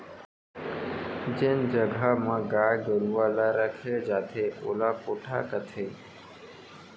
जेन जघा म गाय गरूवा ल रखे जाथे ओला कोठा कथें